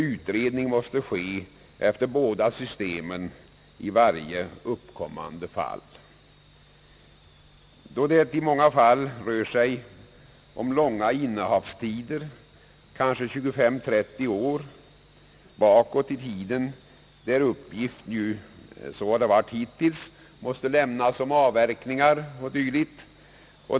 Utredning måste ske efter båda systemen i varje uppkommande fall. I många fall rör det sig om långa innehavstider, kanske 25 till 30 år, varvid uppgift — så har det varit hittills — måste lämnas om avverkningar och dylikt.